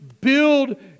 build